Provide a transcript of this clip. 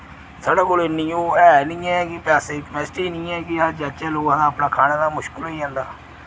साढ़े कोल इन्नी ओह् है नि ऐ कि पैसे दी कपैसिटी नि ऐ कि अस जाह्चै लोक असें अपने खाने दा मुश्किल होई जंदा